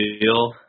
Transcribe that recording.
deal